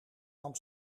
nam